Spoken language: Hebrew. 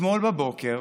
אתמול בבוקר